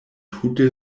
tute